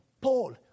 Paul